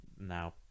now